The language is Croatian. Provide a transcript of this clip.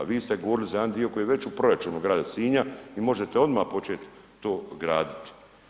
Vi ste govorili za jedan dio koji je već u proračunu grada Sinja i možete odmah početi to graditi.